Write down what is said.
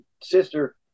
sister